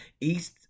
East